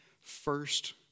first